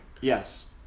Yes